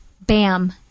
bam